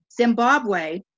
Zimbabwe